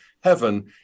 heaven